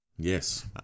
Yes